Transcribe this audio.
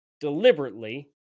deliberately